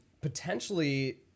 potentially –